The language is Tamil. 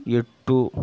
எட்டு